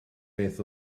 beth